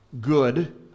good